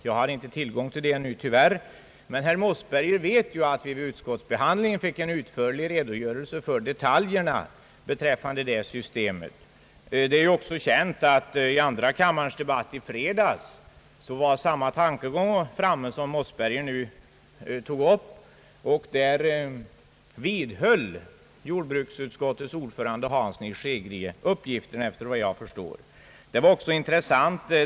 Jag har inte tillgång till den nu, tyvärr, men herr Mossberger vet ju att vi vid utskottsbehandlingen fick en utförlig redogörelse beträffande detaljerna i det systemet. Det är också känt att samma tankegång som herr Mossberger nu tog upp framfördes i andra kammaren i fredags. Då vidhöll jordbruksutskottets ordförande, herr Hansson i Skegrie, den uppgift jag här lämnade, efter vad jag förstår.